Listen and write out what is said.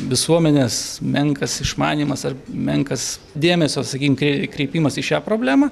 visuomenės menkas išmanymas ar menkas dėmesio sakykim krei kreipimas į šią problemą